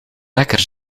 lekker